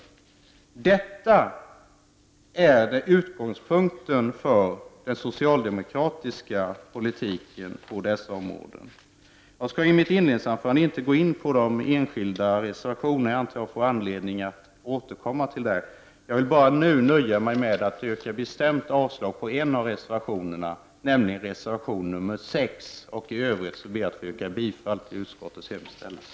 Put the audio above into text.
Detta är utgångspunkten för den socialdemokratiska politiken på dessa områden. Jag skall i mitt inledningsanförande inte gå in på de enskilda reservationerna. Jag antar att jag får anledning att återkomma till dem. Jag vill nu nöja mig med att yrka bestämt avslag på en av reservationerna, nämligen reservation 6. I övrigt ber jag att få yrka bifall till utskottets hemställan.